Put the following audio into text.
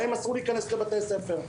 להם אסור להיכנס לבתי הספר.